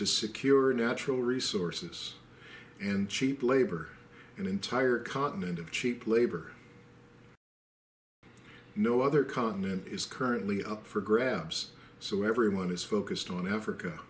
to secure natural resources and cheap labor an entire continent of cheap labor no other continent is currently up for grabs so everyone is focused on africa